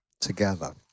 together